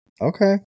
Okay